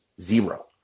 Zero